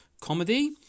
comedy